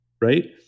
right